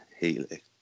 Healy